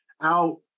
out